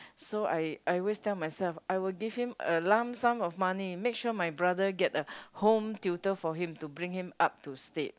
so I I always tell myself I will give him a lump sum of money make sure my brother get a home tutor for him to bring him up to state